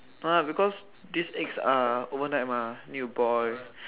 !huh! because these eggs are overnight mah need to boil